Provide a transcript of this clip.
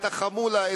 את החמולה,